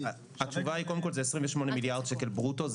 זה 28 מיליארד שקל ברוטו,